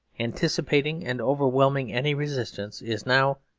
anticipating and overwhelming any resistance, is now,